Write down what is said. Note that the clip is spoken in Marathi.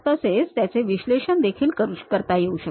तसेच त्याचे विश्लेषण देखील करता येऊ शकते